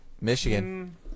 Michigan